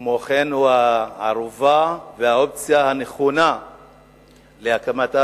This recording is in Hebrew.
כמו כן הוא הערובה והאופציה הנכונה להקמתה